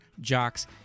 jocks